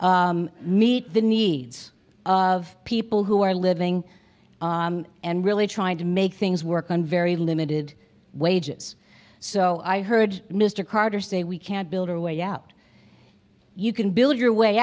meet the needs of people who are living and really trying to make things work on very limited wages so i heard mr carter say we can't build our way out you can build your way